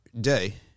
day